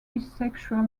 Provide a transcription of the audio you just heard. bisexual